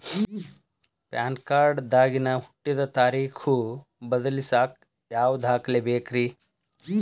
PAN card ದಾಗಿನ ಹುಟ್ಟಿದ ತಾರೇಖು ಬದಲಿಸಾಕ್ ಯಾವ ದಾಖಲೆ ಬೇಕ್ರಿ?